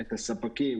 את הספקים